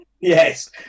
Yes